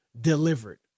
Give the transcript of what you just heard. delivered